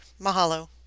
Mahalo